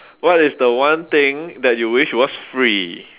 what is the one thing that you wish was free